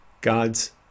God's